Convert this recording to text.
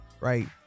Right